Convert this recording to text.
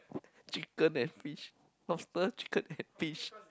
chicken and fish lobster chicken and fish